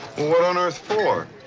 what on earth for?